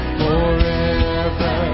forever